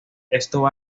esto